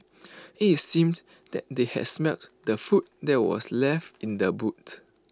IT seemed that they had smelt the food that were left in the boot